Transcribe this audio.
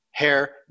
hair